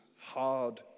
hard